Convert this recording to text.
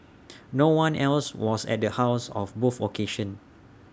no one else was at the house of both occasions